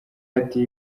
ati